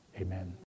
Amen